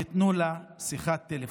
ייתנו לה שיחת טלפון.